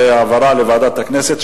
זה העברה לוועדת הכנסת,